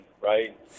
right